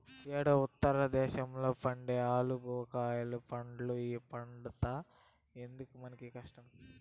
యేడో ఉత్తర దేశంలో పండే ఆలుబుకారా పండ్లు ఈడ పండద్దా ఎందుకు మనకీ కష్టం